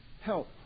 help